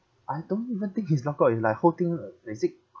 I don't even think he's logged out it's like whole thing